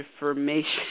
information